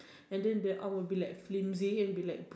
and then the arm would be like flimsy and be like bu~